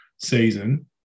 season